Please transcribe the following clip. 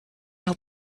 help